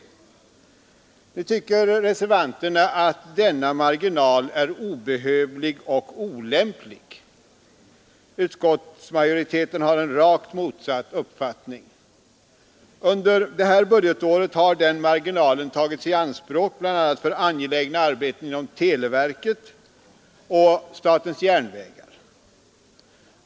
Nu tycker kommunikationsverken m.m. reservanterna att denna marginal är obehövlig och olämplig. Utskottsmajoriteten har en rakt motsatt uppfattning. Under det här budgetåret har marginalen tagits i anspråk bl.a. för angelägna arbeten inom televerket och statens järnvägar.